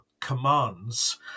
commands